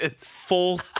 full